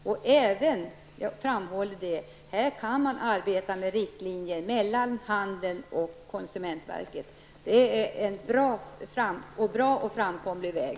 Jag vill framhålla att man här kan arbeta med riktlinjer mellan handeln och konsumentverket. Det är en både bra och framkomlig väg.